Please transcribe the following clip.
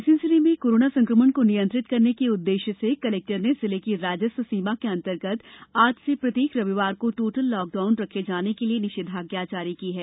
रायसेन जिले में कोरोना संकमण को नियंत्रित करने के उददेश्य से कलेक्टर ने जिले की राजस्व सीमा के अंतर्गत आज से प्रत्येक रविवार को टोटल लॉकडाउन रखे जाने के लिए निषेधाज्ञा जारी की है